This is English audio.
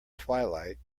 twilight